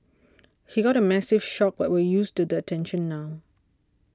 he got a massive shock but we're used to the attention now